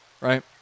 right